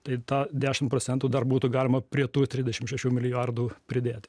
tai tą dešimt procentų dar būtų galima prie tų trisdešim šešių milijardų pridėt